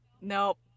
nope